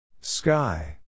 Sky